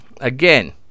again